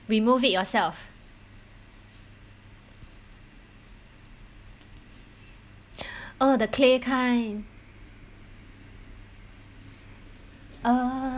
remove it yourself oh the clay kind oh